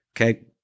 Okay